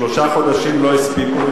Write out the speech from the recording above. שלושה חודשים לא הספיקו.